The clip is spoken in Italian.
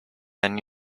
anni